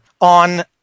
On